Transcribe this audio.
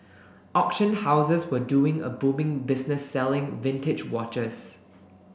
auction houses were doing a booming business selling vintage watches